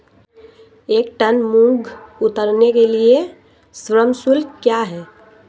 एक टन मूंग उतारने के लिए श्रम शुल्क क्या है?